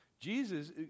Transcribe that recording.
Jesus